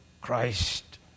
Christ